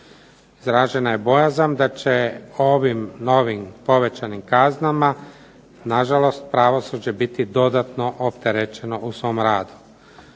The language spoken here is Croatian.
Izražena je bojazan da će ovim novim povećanim kaznama nažalost pravosuđe biti dodatno opterećeno u svom radu.